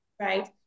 Right